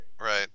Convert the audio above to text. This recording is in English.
Right